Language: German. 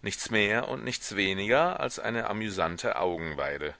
nichts mehr und nichts weniger als eine amüsante augenweide